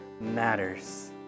matters